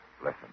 Listen